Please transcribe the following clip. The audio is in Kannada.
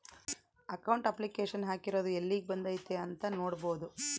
ಅಕೌಂಟ್ ಅಪ್ಲಿಕೇಶನ್ ಹಾಕಿರೊದು ಯೆಲ್ಲಿಗ್ ಬಂದೈತೀ ಅಂತ ನೋಡ್ಬೊದು